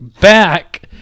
Back